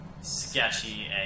sketchy